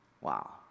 Wow